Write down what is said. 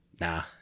Nah